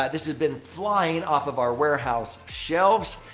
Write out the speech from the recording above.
this has been flying off of our warehouse shelves.